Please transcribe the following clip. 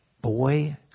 boy